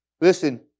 Listen